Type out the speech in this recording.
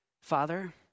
Father